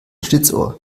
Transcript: schlitzohr